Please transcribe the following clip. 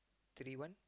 three one